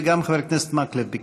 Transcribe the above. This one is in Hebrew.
וגם חבר הכנסת מקלב ביקש.